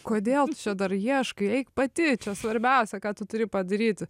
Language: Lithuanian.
kodėl čia dar ieškai eik pati čia svarbiausia ką tu turi padaryti